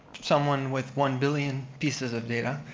someone with one billion pieces of data.